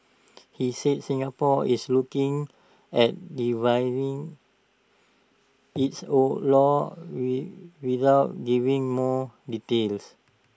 he said Singapore is looking at revising its laws with without giving more details